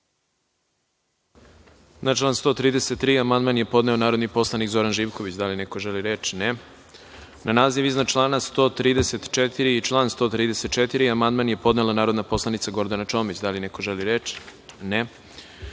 Na član 133. Amandman je podneo narodni poslanik Zoran Živković. Da li neko želi reč? (Ne.)Na naziv iznad iznad člana 134. i član 134. amandman je podnela narodna poslanica Gordana Čomić. Da li neko želi reč?